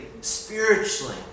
spiritually